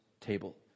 table